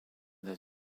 that